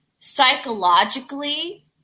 psychologically